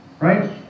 right